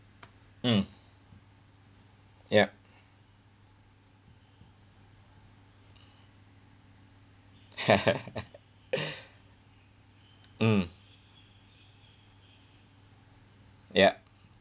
mm yup mm yup